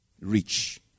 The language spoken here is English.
rich